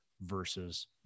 versus